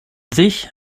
sich